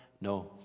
no